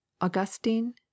Augustine